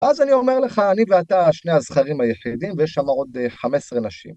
ואז אני אומר לך, אני ואתה שני הזכרים היחידים, ויש שם עוד 15 נשים.